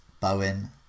bowen